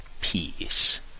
peace